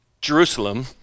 Jerusalem